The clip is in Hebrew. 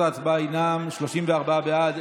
תוצאות ההצבעה הן 34 בעד,